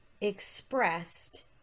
expressed